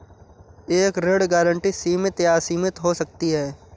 एक ऋण गारंटी सीमित या असीमित हो सकती है